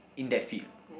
in that field